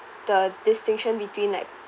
the distinction between like